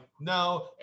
no